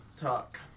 talk